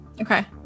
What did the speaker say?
Okay